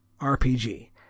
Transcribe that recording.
RPG